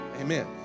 amen